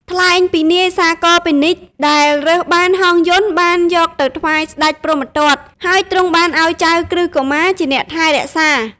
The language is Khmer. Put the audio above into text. ថ្លែងពីនាយសាគរពាណិជ្ជ ដែលរើសបានហង្សយន្តបានយកទៅថ្វាយស្តេចព្រហ្មទត្ត ហើយទ្រង់បានឱ្យចៅក្រឹស្នកុមារជាអ្នកថែរក្សា។